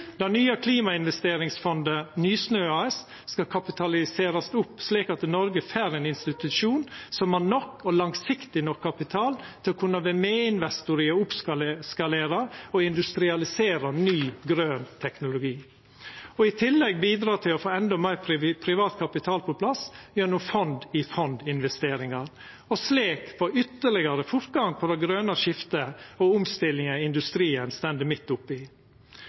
Det nye klimainvesteringsfondet Nysnø skal kapitaliserast opp slik at Noreg får ein institusjon som har nok og langsiktig nok kapital til å kunna vera medinvestor i å oppskalera og industrialisera ny grøn teknologi, og i tillegg bidra til å få endå meir kapital på plass gjennom fond i fondinvesteringar og slik få ytterlegare fortgang i det grøne skiftet og omstillinga industrien står midt